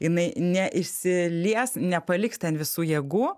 jinai neišsilies nepaliks ten visų jėgų